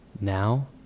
Now